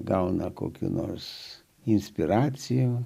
gauna kokių nors inspiracijų